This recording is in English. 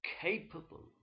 capable